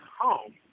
home